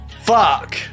Fuck